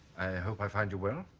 hope i find you well